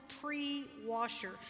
pre-washer